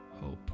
hope